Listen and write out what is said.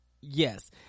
Yes